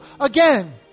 again